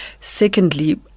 Secondly